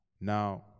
Now